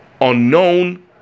unknown